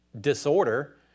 disorder